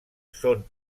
són